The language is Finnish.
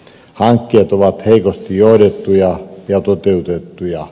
hankkeet ovat heikosti johdettuja ja toteutettuja